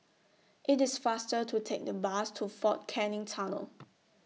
IT IS faster to Take The Bus to Fort Canning Tunnel